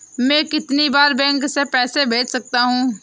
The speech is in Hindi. मैं कितनी बार बैंक से पैसे भेज सकता हूँ?